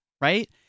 right